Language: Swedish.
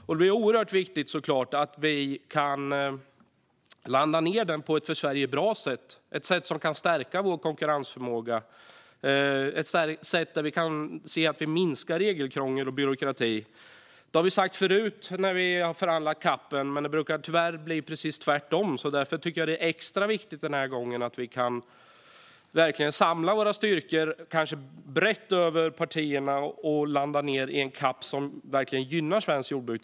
Det är såklart oerhört viktigt att vi kan landa den på ett för Sverige bra sätt som kan stärka vår konkurrensförmåga och där vi kan minska regelkrångel och byråkrati. Det har vi sagt förut när vi har förhandlat om CAP:en, och det brukar tyvärr bli precis tvärtom. Därför tycker jag att det är extra viktigt den här gången att vi verkligen kan samla våra styrkor brett över partierna och landa i att det blir en CAP som verkligen gynnar svenskt jordbruk.